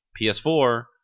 PS4